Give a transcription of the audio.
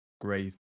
great